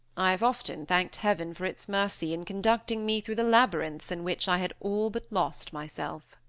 i have often thanked heaven for its mercy in conducting me through the labyrinths in which i had all but lost myself.